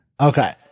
Okay